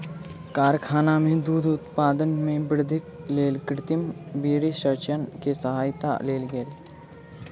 कारखाना में दूध उत्पादन में वृद्धिक लेल कृत्रिम वीर्यसेचन के सहायता लेल गेल अछि